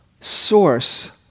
source